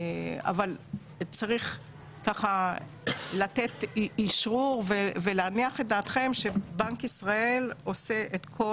אבל צריך לתת אשרור ולהניח את דעתכם שבנק ישראל עושה את כל